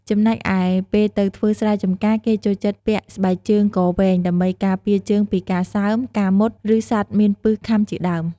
ចំណែកឯពេលទៅធ្វើស្រែចំការគេចូលចិត្តពាក់ស្បែកជើងកវែងដើម្បី ការពារជើងពីការសើម ការមុត ឬ សត្វមានពិសខាំជាដើម។